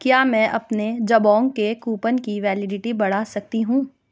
کیا میں اپنے جبانگ کے کوپن کی ویلڈیٹی بڑھا سکتی ہوں